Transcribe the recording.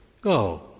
Go